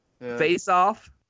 Face-off